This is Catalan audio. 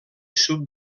sud